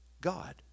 God